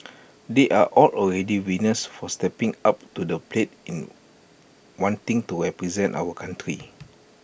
they are all already winners for stepping up to the plate in wanting to represent our country